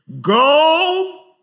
Go